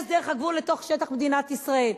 דרך הגבול לתוך שטח מדינת ישראל.